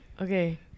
Okay